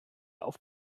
auf